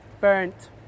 burnt